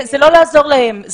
זה לא לעזור להם,